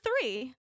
three